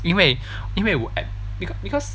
因为因为我 at because because